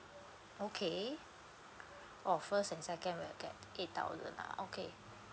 okay oh first and second will get eight thousand lah okay